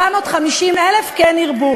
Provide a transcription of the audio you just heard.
450,000 כן ירבו.